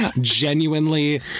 genuinely